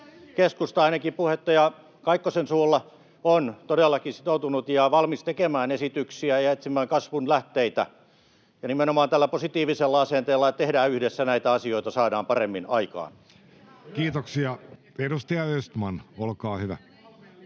keskusta, ainakin puheenjohtaja Kaikkosen suulla, on todellakin sitoutunut ja valmis tekemään esityksiä ja etsimään kasvun lähteitä. Nimenomaan tällä positiivisella asenteella, että tehdään yhdessä näitä asioita, saadaan paremmin aikaan. [Speech 94] Speaker: